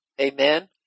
Amen